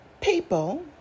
people